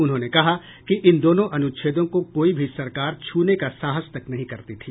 उन्होंने कहा कि इन दोनों अनुच्छेदों को कोई भी सरकार छूने का साहस तक नहीं करती थी